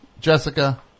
Jessica